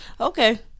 Okay